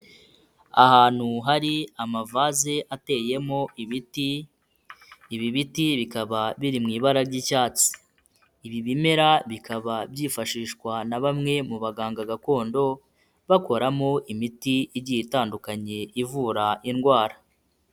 Ahantu hari amavase ateyemo ibiti, ibi biti bikaba biri mu ibara ry'icyatsi. Ibi bimera bikaba byifashishwa na bamwe mu baganga gakondo bakoramo imiti igiye itandukanye ivura indwara.